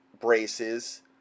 braces